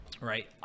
Right